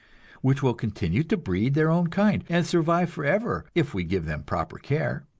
which will continue to breed their own kind, and survive forever if we give them proper care.